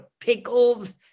pickles